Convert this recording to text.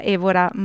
Evora